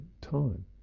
time